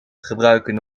gebruiken